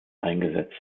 eingesetzt